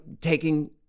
taking